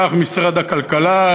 כך משרד הכלכלה,